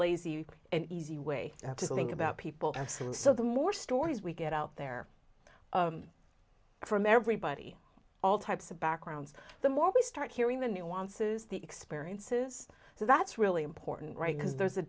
lazy and easy way to sling about people absolutes so the more stories we get out there from everybody all types of backgrounds the more we start hearing the nuances the experiences so that's really important right because there's a